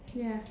ya